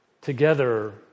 together